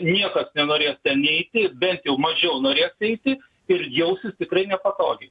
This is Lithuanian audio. niekas nenorės ten eiti bent jau mažiau norės eiti ir jausis tikrai nepatogiai